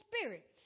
Spirit